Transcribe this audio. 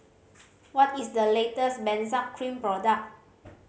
what is the latest Benzac Cream product